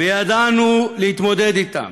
ידענו להתמודד אתם